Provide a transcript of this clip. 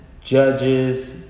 judges